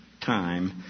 time